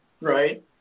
Right